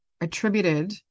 attributed